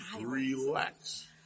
relax